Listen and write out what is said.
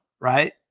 right